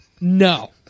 No